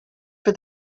for